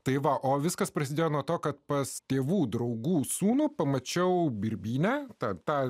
tai va o viskas prasidėjo nuo to kad pas tėvų draugų sūnų pamačiau birbynę tad ta